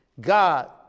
God